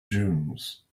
dunes